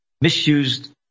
misused